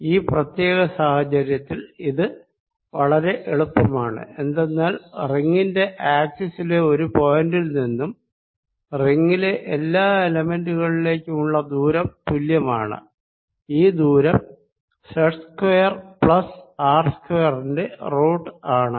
ഈ പ്രത്യേക സാഹചര്യത്തിൽ ഇത് വളരെ എളുപ്പമാണ് എന്തെന്നാൽ റിങ്ങിന്റെ ആക്സിസിലെ ഒരു പോയിന്റിൽ നിന്നും റിങ്ങിലെ എല്ലാ എലെമെന്റുകളിലേക്കുമുള്ള ദൂരം തുല്യമാണ് ഈ ദൂരം z സ്ക്വയർ പ്ലസ് ആർ സ്ക്വയറിന്റെ റൂട്ട് ആണ്